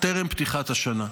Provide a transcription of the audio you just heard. עוד טרם פתיחת השנה.